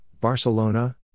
Barcelona